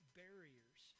barriers